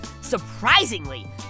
Surprisingly